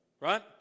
right